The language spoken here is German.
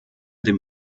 den